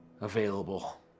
available